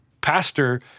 pastor